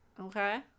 Okay